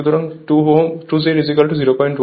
সুতরাং 2 Z 01